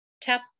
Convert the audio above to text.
Tap